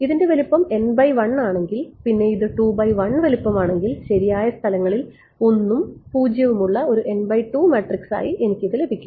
ഇതിൻറെ വലുപ്പം ആണെങ്കിൽ പിന്നെ ഇത് വലുപ്പമാണെങ്കിൽ ശരിയായ സ്ഥലങ്ങളിൽ 1 ഉം 0 ഉം ഉള്ള ഒരു മാട്രിക്സ് ആയി എനിക്ക് ഇത് ലഭിക്കും